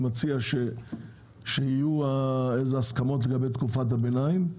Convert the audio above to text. אני מציע שיהיו הסכמות לגבי תקופת הביניים.